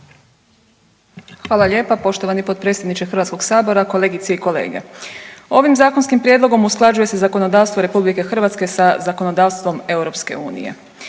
Hvala lijepa poštovani potpredsjedniče Hrvatskog sabora. Kolegice i kolege ovim zakonskim prijedlogom usklađuje se zakonodavstvo RH sa zakonodavstvom EU. Zakon